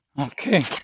okay